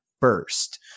first